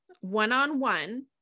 one-on-one